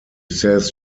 says